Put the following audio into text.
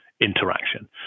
interaction